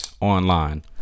online